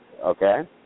okay